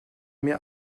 mir